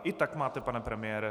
I tak máte pane premiére...